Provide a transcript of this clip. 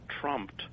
trumped